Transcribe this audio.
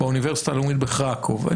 באוניברסיטה הלאומית בחרקוב.